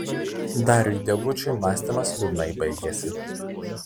dariui degučiui mąstymas liūdnai baigėsi